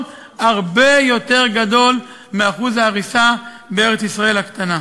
הרבה יותר גדול מאחוז ההריסה בארץ-ישראל הקטנה.